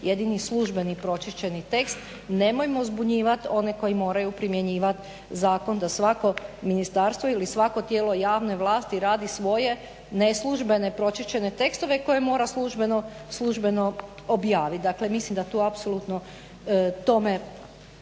jedini službeni pročišćeni tekst, nemojmo zbunjivati one koji moraju primjenjivati zakon da svako ministarstvo ili svako tijelo javne vlasti radi svoje neslužbene pročišćene tekstove koje mora službeno objaviti, dakle mislim da tu apsolutno tome